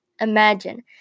Imagine